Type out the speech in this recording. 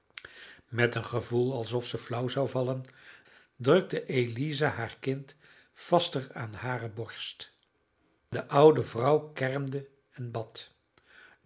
met een gevoel alsof ze flauw zou vallen drukte eliza haar kind vaster aan hare borst de oude vrouw kermde en bad